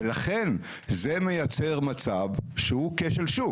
ולכן זה מייצר מצב שהוא כשל שוק.